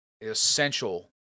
essential